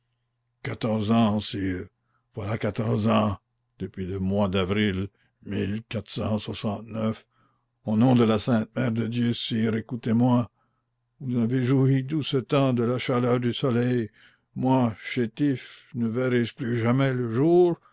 quatorze ans sire voilà quatorze ans depuis le mois d'avril au nom de la sainte mère de dieu sire écoutez-moi vous avez joui tout ce temps de la chaleur du soleil moi chétif ne verrai-je plus jamais le jour